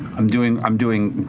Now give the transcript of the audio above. i'm doing, i'm doing